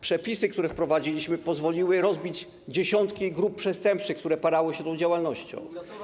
Przepisy, które wprowadziliśmy, pozwoliły rozbić dziesiątki grup przestępczych, które parały się tą działalnością.